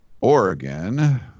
Oregon